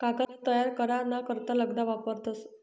कागद तयार करा ना करता लगदा वापरतस